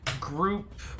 Group